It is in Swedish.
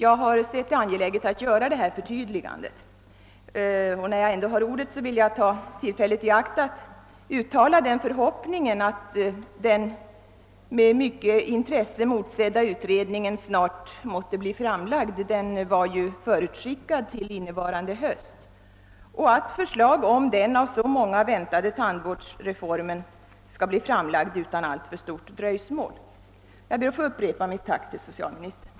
Jag har ansett det angeläget att göra detta förtydligande, och när jag ändå har ordet vill jag ta tillfället i akt att uttala förhoppningen att den med mycket intresse motsedda utredningen snart måtte redovisa sina resultat. Det förutskickades ju att den skulle vara klar innevarande höst, och jag hoppas därför att förslag om den av så många väntade tandvårdsreformen skall framläggas utan alltför stort dröjsmål. Jag ber att få upprepa mitt tack till socialministern.